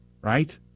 right